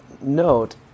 note